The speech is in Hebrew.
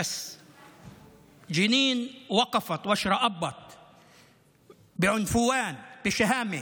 אבל ג'נין עמדה יציבה במרץ ובגבורה.